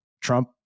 Trump